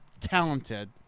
talented